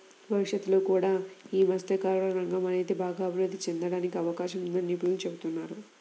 భవిష్యత్తులో కూడా యీ మత్స్యకార రంగం అనేది బాగా అభిరుద్ధి చెందడానికి అవకాశం ఉందని నిపుణులు చెబుతున్నారు